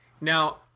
Now